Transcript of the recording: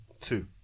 two